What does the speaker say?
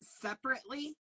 separately